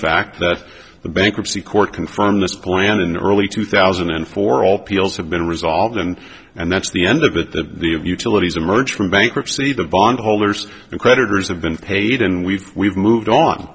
fact that the bankruptcy court confirmed this plan in early two thousand and four all peals have been resolved and and that's the end of it the the of utilities emerged from bankruptcy the bondholders and creditors have been paid and we've we've moved on